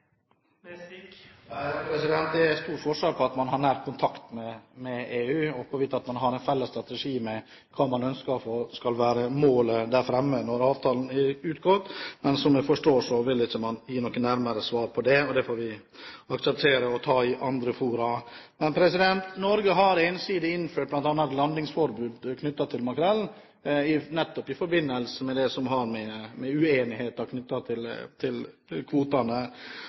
Det er stor forskjell på å ha nær kontakt med EU og hvorvidt man har en felles strategi med EU og hva man ønsker skal være målet når avtalen er utgått, men jeg forstår at man ikke vil gi noe nærmere svar på det, og det får vi akseptere – og ta det i andre fora. Norge har ensidig innført bl.a. et landingsforbud for makrell, nettopp i forbindelse med det som har å gjøre med uenighet knyttet til kvotene. Spørsmålet mitt til